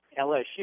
LSU